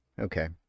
okay